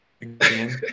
again